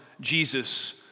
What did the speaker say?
Jesus